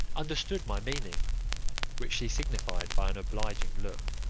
understood my meaning which she signified by an obliging look,